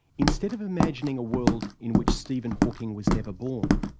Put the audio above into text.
instead of imagining a world in which stephen hawking was never born,